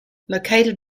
located